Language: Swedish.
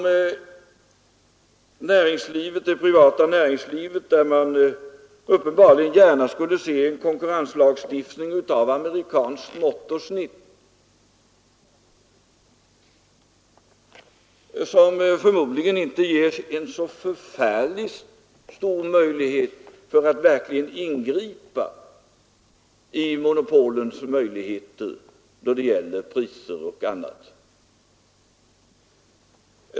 Det privata näringslivet skulle uppenbarligen gärna se en konkurrenslagstiftning av amerikanskt snitt, men förmodligen ger den inte så förfärligt stora möjligheter att verkligen ingripa i monopolens agerande då det gäller priser och annat.